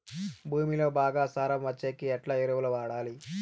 భూమిలో బాగా సారం వచ్చేకి ఎట్లా ఎరువులు వాడాలి?